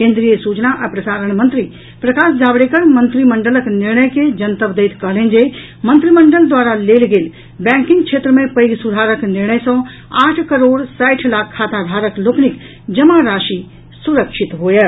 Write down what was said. केंद्रीय सूचना आ प्रसारण मंत्री प्रकाश जावड़ेकर मंत्रिमंडलक निर्णय के जनतब दैत कहलनि जे मंत्रिमंडल द्वारा लेल गेल बैंकिंग क्षेत्र मे पैघ सुधारक निर्णय सॅ आठ करोड़ साठि लाख खाताधारक लोकनिक जमा राशि सुरक्षित होयत